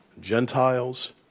Gentiles